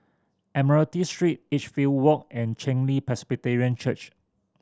Admiralty Street Edgefield Walk and Chen Li Presbyterian Church